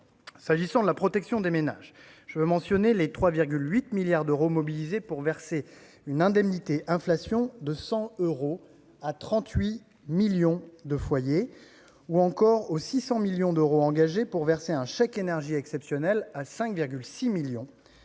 S'agissant de la protection des ménages, je veux mentionner les 3,8 milliards d'euros mobilisés pour verser une indemnité inflation de 100 euros à 38 millions de foyers, ou encore les 600 millions d'euros engagés pour verser un chèque énergie exceptionnel à 5,6 millions de foyers